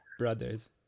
brothers